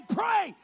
pray